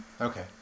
Okay